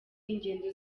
ingendo